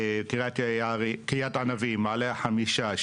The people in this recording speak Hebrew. קריית ענבים מעלה החמישה,